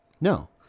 No